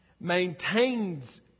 maintains